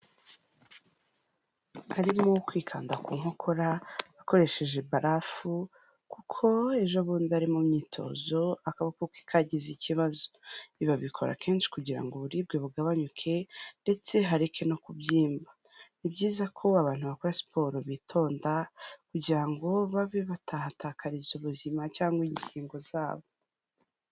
Arimo kwikanda ku nkokora akoresheje barafu kuko ejobundi ari mu myitozo, akaboko ke kagize ikibazo. Ibi babikora kenshi kugira ngo uburibwe bugabanyuke ndetse hareke no kubyimba. Ni byiza ko abantu bakora siporo bitonda kugira ngo babe batahatakariza ubuzima cyangwa ingingo zabo.